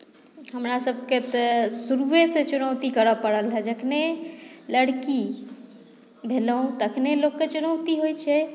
हमरासभकेँ तऽ शुरुएसँ चुनौती करय पड़ल हेँ जखनहि लड़की भेलहुँ तखनहि लोककेँ चुनौती होइत छै